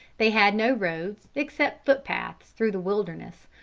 they had no roads except foot paths through the wilderness,